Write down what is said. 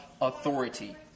authority